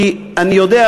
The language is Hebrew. כי אני יודע,